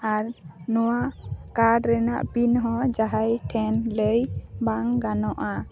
ᱟᱨ ᱱᱚᱣᱟ ᱠᱟᱨᱰ ᱨᱮᱱᱟᱜ ᱯᱤᱱ ᱦᱚᱸ ᱡᱟᱦᱟᱸᱭ ᱴᱷᱮᱱ ᱞᱟᱹᱭ ᱵᱟᱝ ᱜᱟᱱᱚᱜᱼᱟ